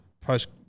post